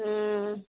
हूँ